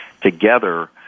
together